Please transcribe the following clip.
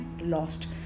lost